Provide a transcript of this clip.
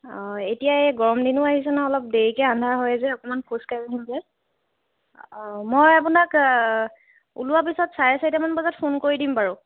অঁ এতিয়া এই অলপ গৰম দিনো আহিছে নহয় অলপ দেৰিকৈ আন্ধাৰ হয় অকণমান খোজ কাঢ়িমগৈ অঁ মই আপোনাক ওলোৱা পিছত চাৰে চাৰিটামান বজাত ফোন কৰি দিম বাৰু